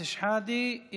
תודה, חבר הכנסת אנטאנס שחאדה.